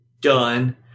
done